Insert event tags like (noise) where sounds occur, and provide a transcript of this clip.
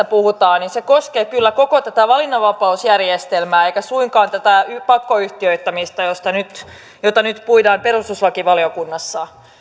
(unintelligible) puhutaan se koskee kyllä koko tätä valinnanvapausjärjestelmää eikä suinkaan tätä pakkoyhtiöittämistä jota nyt puidaan perustuslakivaliokunnassa